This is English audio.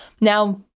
Now